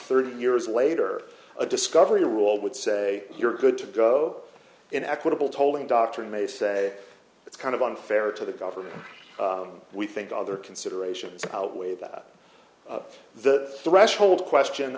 further years later a discovery rule would say you're good to go in equitable tolling doctrine may say it's kind of unfair to the government we think other considerations outweigh that the threshold question